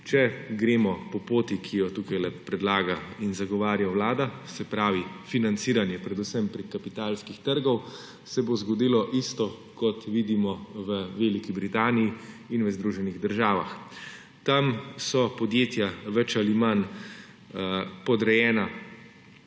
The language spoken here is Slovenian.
Če gremo po poti, ki jo tule predlaga in zagovarja Vlada, se pravi, financiranje predvsem preko kapitalskih trgov, se bo zgodilo enako, kot vidimo v Veliki Britaniji in v Združenih državah. Tam so podjetja več ali manj podrejena